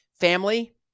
family